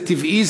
זה טבעי,